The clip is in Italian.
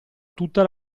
tutta